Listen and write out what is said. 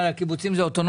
הקיבוצים זה אוטונומיה?